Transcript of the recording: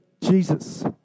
Jesus